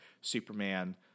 Superman